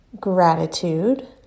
gratitude